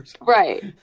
Right